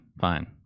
fine